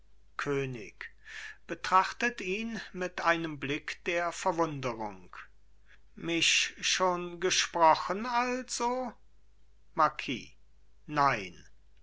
könig betrachtet ihn mit einem blick der verwunderung mich schon gesprochen also marquis nein